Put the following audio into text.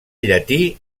llatí